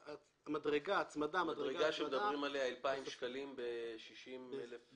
המדרגה שמדברים עליה היא 2,000 שקלים ב-60,000 שקלים?